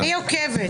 אני עוקבת.